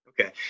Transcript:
Okay